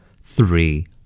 Three